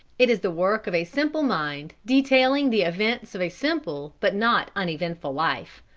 it is the work of a simple mind, detailing the events of a simple but not uneventful life.